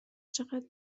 چقدر